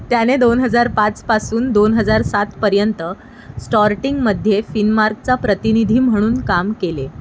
त्याने दोन हजार पाचपासून दोन हजार सातपर्यंत स्टॉर्टिंगमध्ये फिनमार्कचा प्रतिनिधी म्हणून काम केले